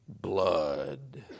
blood